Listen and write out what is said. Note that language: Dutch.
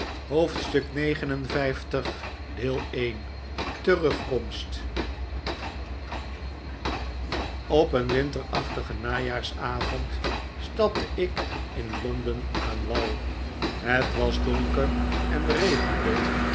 op een winterachtigen najaarsavond stapte ik in londen aan wal het was donker en regende